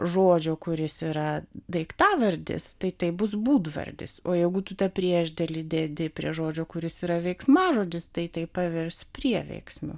žodžio kuris yra daiktavardis tai tai bus būdvardis o jeigu tu tą priešdėlį dedi prie žodžio kuris yra veiksmažodis tai tai pavirs prieveiksmiu